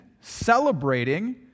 celebrating